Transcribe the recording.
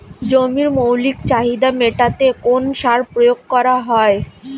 জমির মৌলিক চাহিদা মেটাতে কোন সার প্রয়োগ করা হয়?